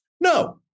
no